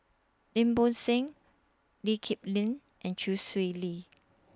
Lim Bo Seng Lee Kip Lin and Chee Swee Lee